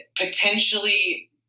potentially